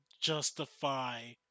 justify